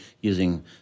using